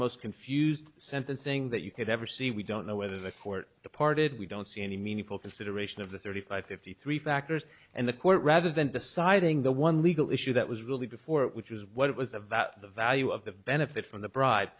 most confused sentencing that you could ever see we don't know whether the court departed we don't see any meaningful consideration of the thirty five fifty three factors and the court rather than deciding the one legal issue that was really before which was what was the value of the value of the benefit from the bride